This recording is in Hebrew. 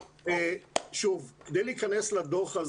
בלי להיכנס לדוח,